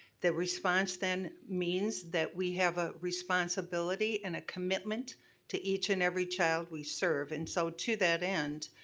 the response then means that we have a responsibility and a commitment to each and every child we serve. and so, to that end,